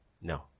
No